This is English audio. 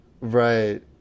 Right